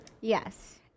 Yes